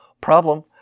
problem